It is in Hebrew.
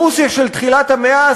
ברוסיה של תחילת המאה,